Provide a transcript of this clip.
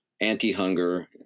anti-hunger